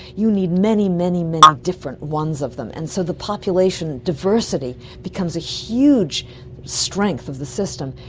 you need many, many many different ones of them. and so the population diversity becomes a huge strength of the system.